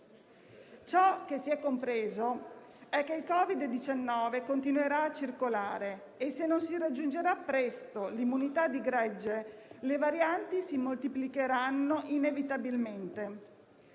Ciò che si è compreso è che il Covid-19 continuerà a circolare e, se non si raggiungerà presto l'immunità di gregge, le varianti si moltiplicheranno inevitabilmente.